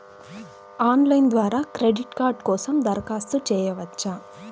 Online ద్వారా credit card కోసం దరఖాస్తు చేయవచ్చా?